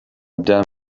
dumb